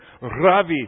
Ravi